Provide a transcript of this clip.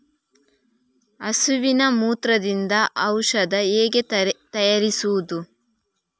ಹಸುವಿನ ಮೂತ್ರದಿಂದ ಔಷಧ ಹೇಗೆ ತಯಾರಿಸುವುದು?